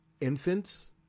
Infants